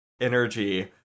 energy